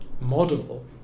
model